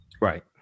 Right